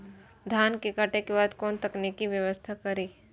धान के काटे के बाद कोन तकनीकी व्यवस्था करी?